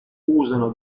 usano